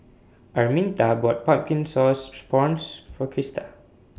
Arminta bought Pumpkin Sauce Prawns For Krista